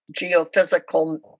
geophysical